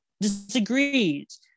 disagrees